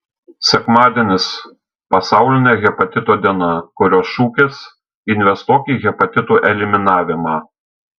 sekmadienis pasaulinė hepatito diena kurios šūkis investuok į hepatitų eliminavimą